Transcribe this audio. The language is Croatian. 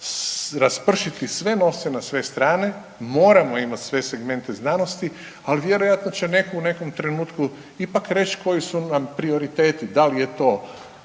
raspršiti sve novce na sve strane. Moramo imati sve segmente znanosti, ali vjerojatno će netko u nekom trenutku ipak reći koji su nam prioriteti da li je to